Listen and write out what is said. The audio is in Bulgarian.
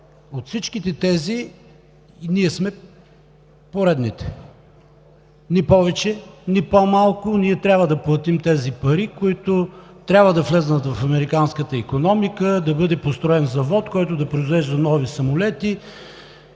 От всичките тези ние сме поредните – ни повече, ни по-малко ние трябва да платим тези пари, които трябва да влязат в американската икономика, да бъде построен завод, който да произвежда нови самолети